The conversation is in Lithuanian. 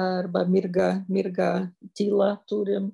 arba mirga mirga tyla turim